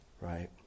right